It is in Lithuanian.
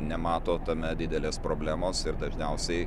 nemato tame didelės problemos ir dažniausiai